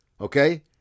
okay